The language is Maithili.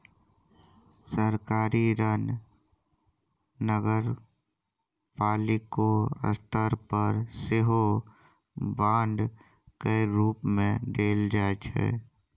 सरकारी ऋण नगरपालिको स्तर पर सेहो बांड केर रूप मे देल जाइ छै